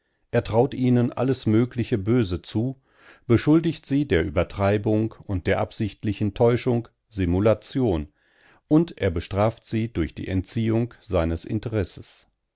er traut ihnen alles mögliche böse zu beschuldigt sie der übertreibung und der absichtlichen täuschung simulation und er bestraft sie durch die entziehung seines interesses